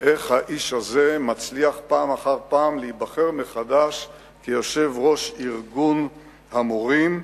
איך האיש הזה מצליח פעם אחר פעם להיבחר מחדש ליושב-ראש ארגון המורים,